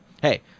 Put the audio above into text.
Hey